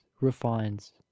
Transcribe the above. refines